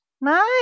Nice